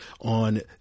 on